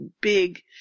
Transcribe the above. big